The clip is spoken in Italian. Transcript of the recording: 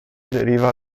deriva